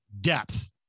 depth